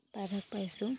প্ৰায়ভাগ পাইছোঁ